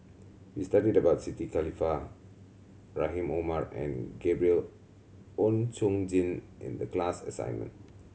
we studied about Siti Khalijah Rahim Omar and Gabriel Oon Chong Jin in the class assignment